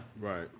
Right